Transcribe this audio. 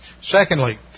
Secondly